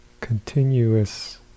continuous